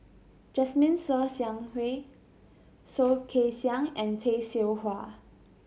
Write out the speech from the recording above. Jasmine Ser Xiang Wei Soh Kay Siang and Tay Seow Huah